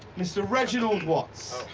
mr. reg i nald watts.